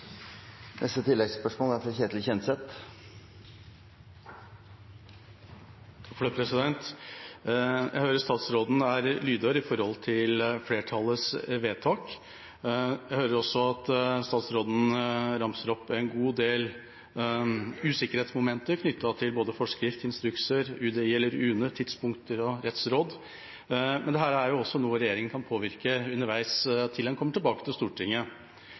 Ketil Kjenseth – til oppfølgingsspørsmål. Jeg hører statsråden er lydhør når det gjelder flertallets vedtak. Jeg hører også at statsråden ramser opp en god del usikkerhetsmomenter knyttet til både forskrift, instrukser, UDI eller UNE, tidspunkter og rettsråd. Men dette er også noe regjeringa kan påvirke underveis, til en kommer tilbake til Stortinget.